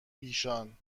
ایشان